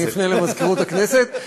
אני אפנה למזכירות הכנסת.